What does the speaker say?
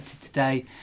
today